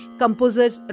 composers